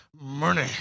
money